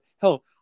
Hell